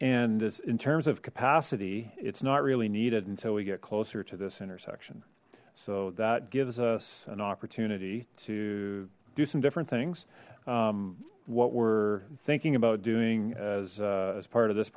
and it's in terms of capacity it's not really needed until we get closer to this intersection so that gives us an opportunity to do some different things what we're thinking about doing as as part this